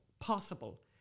possible